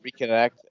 reconnect